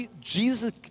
Jesus